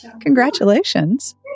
Congratulations